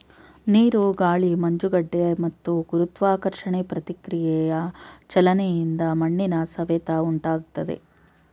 ನೀರು ಗಾಳಿ ಮಂಜುಗಡ್ಡೆ ಮತ್ತು ಗುರುತ್ವಾಕರ್ಷಣೆ ಪ್ರತಿಕ್ರಿಯೆಯ ಚಲನೆಯಿಂದ ಮಣ್ಣಿನ ಸವೆತ ಉಂಟಾಗ್ತದೆ